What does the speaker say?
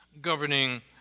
governing